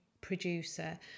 producer